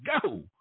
go